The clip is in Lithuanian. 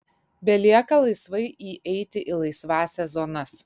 belieka laisvai įeiti į laisvąsias zonas